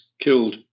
killed